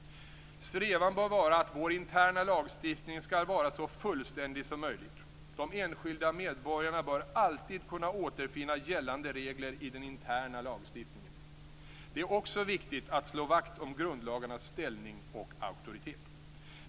Strävan bör vara att vår interna lagstiftning skall vara så fullständig som möjligt. De enskilda medborgarna bör alltid kunna återfinna gällande regler i den interna lagstiftningen. Det är också viktigt att slå vakt om grundlagarnas ställning och auktoritet.